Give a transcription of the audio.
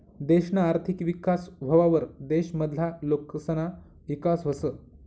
देशना आर्थिक विकास व्हवावर देश मधला लोकसना ईकास व्हस